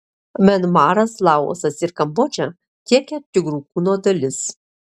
mianmaras laosas ir kambodža tiekia tigrų kūno dalis